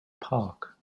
park